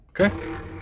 Okay